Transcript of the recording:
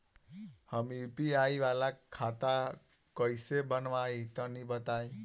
हम यू.पी.आई वाला खाता कइसे बनवाई तनि बताई?